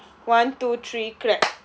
one two three clap